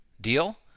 deal